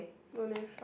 don't have